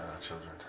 children